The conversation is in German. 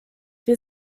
wir